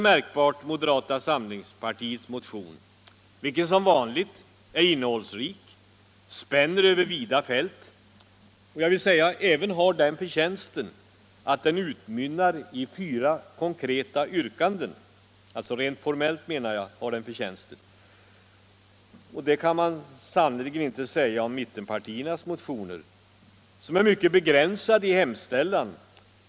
Moderata samlingspartiets motion, vilken som vanligt är innehållsrik och spänner över vida fält, har även den förtjänsten att den utmynnar i fyra konkreta yrkanden. Det kan man sannerligen inte säga om mittenpartiernas motioner. De är mycket begränsade i sin hemställan.